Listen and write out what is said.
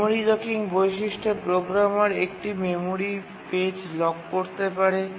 memory locking বৈশিষ্ট্যে programmer একটি memory page lock করতে পারে